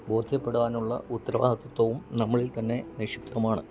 ബോധ്യപ്പെടാനുള്ള ഉത്തരവാദിത്വവും നമ്മളിൽ തന്നെ നിഷിപ്ധമാണ്